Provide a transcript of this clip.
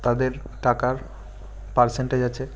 তাদের টাকার পার্সেন্টেজ আছে